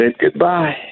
goodbye